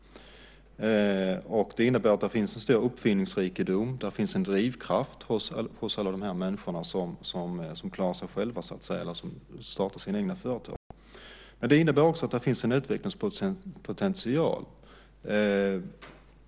Det innebär att det finns en stor uppfinningsrikedom. Det finns en drivkraft hos alla de människor som klarar sig själva, så att säga, som startar sina egna företag. Det innebär också att det finns en utvecklingspotential.